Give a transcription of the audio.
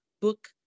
book